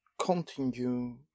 continue